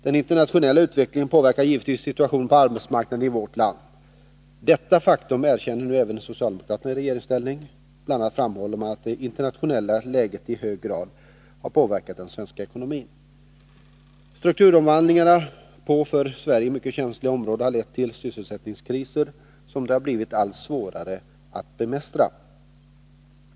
Den internationella utvecklingen påverkar givetvis situationen på arbetsmarknaden i vårt land. Detta faktum erkänner nu även socialdemokraterna i regeringsställning. Bl. a. framhåller de att det internationella läget i hög grad har påverkat den svenska ekonomin. Strukturomvandlingar på för Sverige mycket känsliga områden har lett till sysselsättningskriser, som det har blivit allt svårare att bemästra.